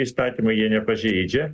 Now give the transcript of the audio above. įstatymai jie nepažeidžia